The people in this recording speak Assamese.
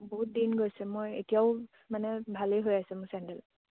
বহুত দিন গৈছে মই এতিয়াও মানে ভালেই হৈ আছে মোৰ চেণ্ডেল